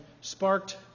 sparked